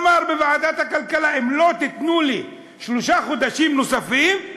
אמר בוועדת הכלכלה: אם לא תיתנו לי שלושה חודשים נוספים,